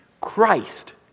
Christ